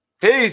Peace